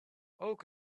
oak